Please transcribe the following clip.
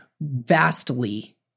vastly